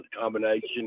combination